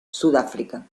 sudáfrica